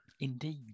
Indeed